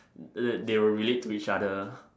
eh they'll relate to each other